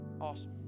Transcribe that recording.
Awesome